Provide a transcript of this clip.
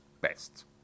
best